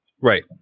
right